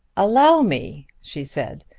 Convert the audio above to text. allow me, she said,